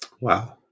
Wow